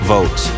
Vote